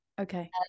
Okay